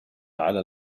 على